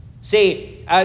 See